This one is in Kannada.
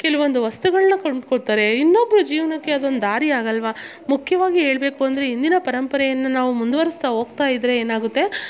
ಕೆಲವೊಂದು ವಸ್ತುಗಳನ್ನ ಕೊಂಡ್ಕೊತಾರೆ ಇನ್ನೊಬ್ರ ಜೀವನಕ್ಕೆ ಅದೊಂದು ದಾರಿ ಆಗಲ್ಲವ ಮುಖ್ಯವಾಗಿ ಹೇಳ್ಬೇಕು ಅಂದರೆ ಇಂದಿನ ಪರಂಪರೆಯನ್ನು ನಾವು ಮುಂದುವರಿಸ್ತ ಹೋಗ್ತಾಯಿದ್ರೆ ಏನಾಗುತ್ತೆ